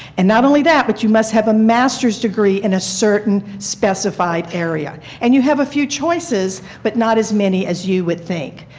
and not only that but you must have a master's degree in a certain specified area and you have a few choices but not as many as you would think.